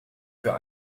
für